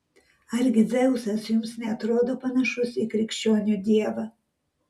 argi dzeusas jums neatrodo panašus į krikščionių dievą